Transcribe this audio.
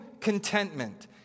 contentment